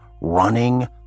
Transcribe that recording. running